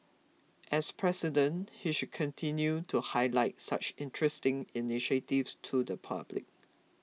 as President he should continue to highlight such interesting initiatives to the public